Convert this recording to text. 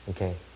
Okay